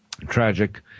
tragic